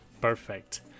Perfect